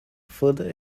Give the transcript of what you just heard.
further